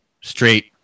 straight